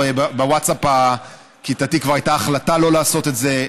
בווטסאפ הכיתתי כבר הייתה החלטה שלא לעשות את זה,